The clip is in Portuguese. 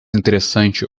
interessante